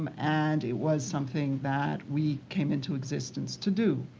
um and it was something that we came into existence to do.